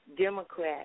Democrat